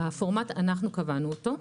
הפורמט אנחנו קבענו אותו.